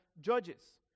judges